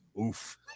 oof